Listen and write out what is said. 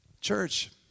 Church